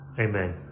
amen